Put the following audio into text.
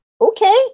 Okay